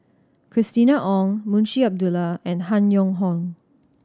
Christina Ong Munshi Abdullah and Han Yong Hong